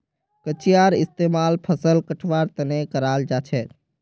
कचियार इस्तेमाल फसल कटवार तने कराल जाछेक